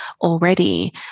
already